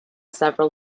several